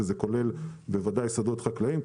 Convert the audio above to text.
שזה כולל בוודאי שדות חקלאיים,